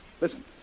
Listen